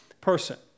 person